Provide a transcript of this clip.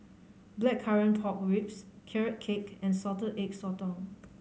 Blackcurrant Pork Ribs Carrot Cake and Salted Egg Sotong